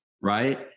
right